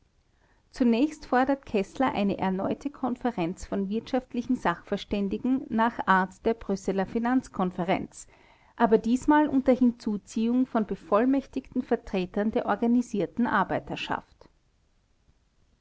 zunächst fordert keßler eine erneute konferenz von wirtschaftlichen sachverständigen nach art der brüsseler finanzkonferenz aber diesmal unter hinzuziehung von bevollmächtigten vertretern der organisierten arbeiterschaft